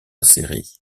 série